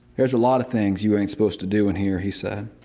there's a lot of things you ain't supposed to do in here, he said.